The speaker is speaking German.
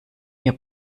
ihr